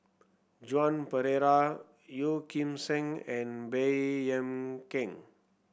Joan Pereira Yeo Kim Seng and Baey Yam Keng